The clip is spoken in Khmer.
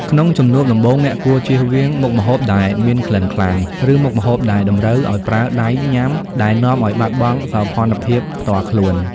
ក្នុងជំនួបដំបូង អ្នកគួរចៀសវាងមុខម្ហូបដែលមានក្លិនខ្លាំង ឬមុខម្ហូបដែលតម្រូវឱ្យប្រើដៃញ៉ាំដែលនាំឱ្យបាត់បង់សោភ័ណភាពផ្ទាល់ខ្លួន។